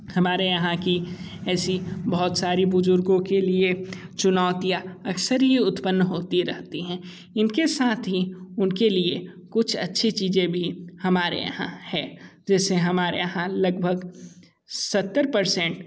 हमारे यहाँ की ऐसी बहुत सारी बुजुर्गों के लिए चुनौतियाँ अक्सर ही उत्पन्न होती रहती हैं इनके साथ ही उनके लिए कुछ अच्छी चीज़ें भी हमारे यहाँ है जैसे हमारे यहाँ लगभग सत्तर परसेंट